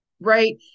right